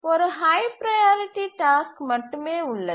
ஒரு high priority task மட்டுமே உள்ளது